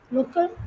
Local